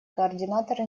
координаторы